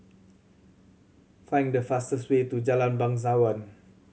find the fastest way to Jalan Bangsawan